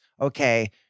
okay